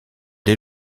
dès